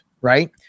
right